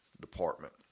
department